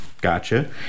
gotcha